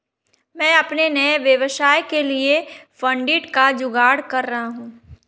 मैं अपने नए व्यवसाय के लिए फंडिंग का जुगाड़ कर रही हूं